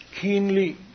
keenly